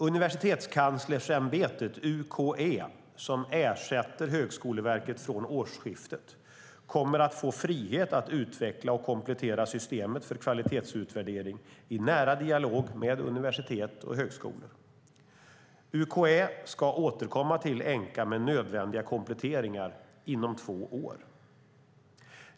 Universitetskanslersämbetet, UKÄ, som ersätter Högskoleverket från årsskiftet, kommer att få frihet att utveckla och komplettera systemet för kvalitetsutvärdering i nära dialog med universitet och högskolor. UKÄ ska återkomma till Enqa med nödvändiga kompletteringar inom två år.